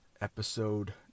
episode